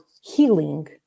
healing